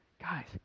Guys